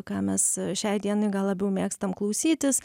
ką mes šiai dienai gal labiau mėgstam klausytis